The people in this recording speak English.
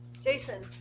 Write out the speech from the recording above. Jason